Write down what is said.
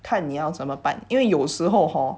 看你要怎么办因为有时候 hor